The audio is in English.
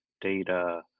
data